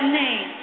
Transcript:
name